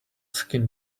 skin